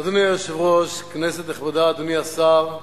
אדוני היושב-ראש, כנסת נכבדה, אדוני השר,